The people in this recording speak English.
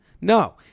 No